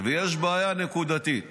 ויש בעיה נקודתית שאנחנו,